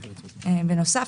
בנוסף,